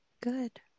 Good